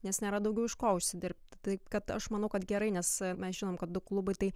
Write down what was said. nes nėra daugiau iš ko užsidirbt taip kad aš manau kad gerai nes mes žinom kad du klubai tai